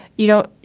you know,